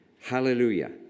Hallelujah